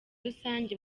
rusange